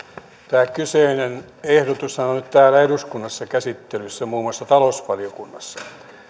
tämä kyseinen ehdotushan on nyt täällä eduskunnassa käsittelyssä muun muassa talousvaliokunnassa